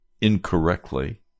incorrectly